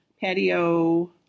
patio